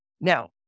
Now